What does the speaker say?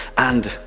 and,